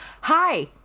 hi